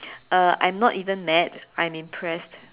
uh I'm not even mad I'm impressed